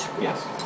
Yes